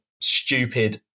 stupid